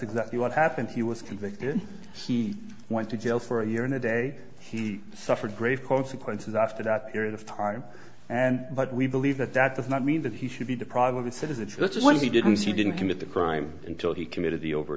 exactly what happened he was convicted he went to jail for a year and a day he suffered grave consequences after that period of time and but we believe that that does not mean that he should be deprived of his citizenship when he didn't he didn't commit the crime until he committed the over